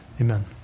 amen